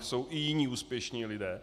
Jsou i jiní úspěšní lidé.